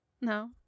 No